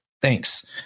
Thanks